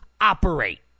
operate